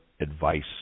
advice